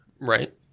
right